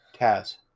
Taz